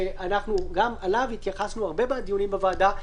שגם אליו התייחסנו הרבה בדיונים בוועדה,